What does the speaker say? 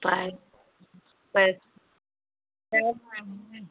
पाय पर